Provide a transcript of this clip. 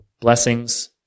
blessings